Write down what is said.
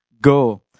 Go